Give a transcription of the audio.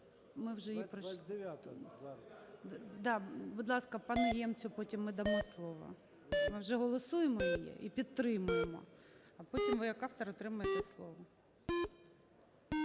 29-а. ГОЛОВУЮЧИЙ. Да. Будь ласка, пану Ємцю потім ми дамо слово. Ми вже голосуємо її і підтримуємо. А потім ви як автор отримаєте слово.